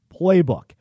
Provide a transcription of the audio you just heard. Playbook